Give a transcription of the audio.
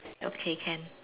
okay can